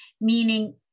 meaning